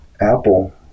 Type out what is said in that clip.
Apple